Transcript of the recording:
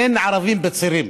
אין ערבים בצירים.